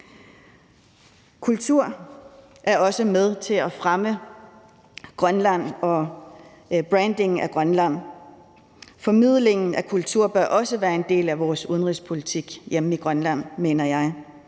Kultur er også med til at fremme Grønland og brandingen af Grønland. Formidlingen af kultur bør også være en del af vores udenrigspolitik hjemme i Grønland, mener jeg.